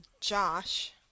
Josh